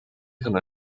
可能